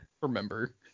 remember